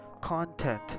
content